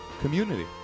community